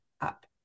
up